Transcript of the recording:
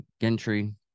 gentry